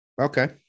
okay